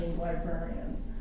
librarians